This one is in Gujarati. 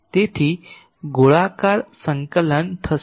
તેથી ગોળાકાર સંકલન થશે